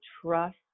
trust